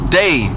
day